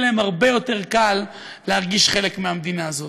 יהיה להם הרבה יותר קל להרגיש חלק מהמדינה הזאת.